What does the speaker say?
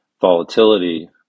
volatility